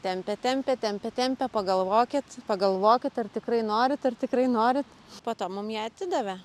tempia tempia tempia tempia pagalvokit pagalvokit ar tikrai norit ar tikrai norit po to mum ją atidavė